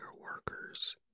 workers